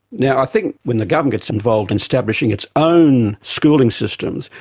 yeah i think when the government gets involved in establishing its own schooling systems,